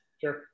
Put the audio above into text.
Sure